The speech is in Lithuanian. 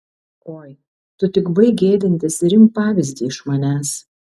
oi tu tik baik gėdintis ir imk pavyzdį iš manęs